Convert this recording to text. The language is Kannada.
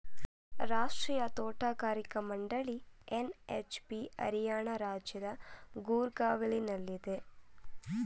ರಾಷ್ಟ್ರೀಯ ತೋಟಗಾರಿಕಾ ಮಂಡಳಿ ಎನ್.ಎಚ್.ಬಿ ಹರಿಯಾಣ ರಾಜ್ಯದ ಗೂರ್ಗಾವ್ನಲ್ಲಿದೆ